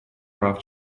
прав